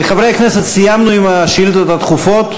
חברי הכנסת, סיימנו עם השאילתות הדחופות.